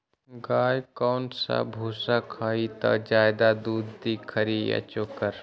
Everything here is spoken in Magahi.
गाय कौन सा भूसा खाई त ज्यादा दूध दी खरी या चोकर?